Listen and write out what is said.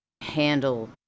handle